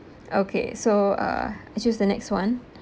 okay so uh I choose the next one